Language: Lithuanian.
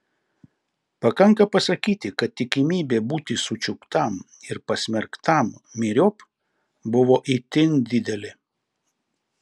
pakanka pasakyti kad tikimybė būti sučiuptam ir pasmerktam myriop buvo itin didelė